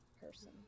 person